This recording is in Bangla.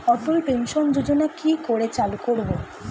অটল পেনশন যোজনার কি করে চালু করব?